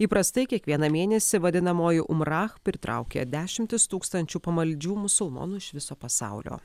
įprastai kiekvieną mėnesį vadinamoji umrach pritraukia dešimtis tūkstančių pamaldžių musulmonų iš viso pasaulio